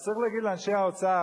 אז צריך להגיד לאנשי האוצר,